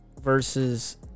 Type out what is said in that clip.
versus